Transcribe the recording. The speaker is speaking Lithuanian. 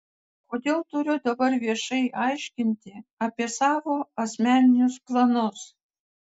kodėl turiu dabar viešai aiškinti apie savo asmeninius planus